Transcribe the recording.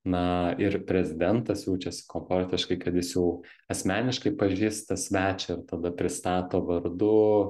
na ir prezidentas jaučiasi komfortiškai kad jis jau asmeniškai pažįsta svečią ir tada pristato vardu